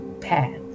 path